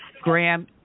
Graham